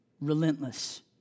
relentless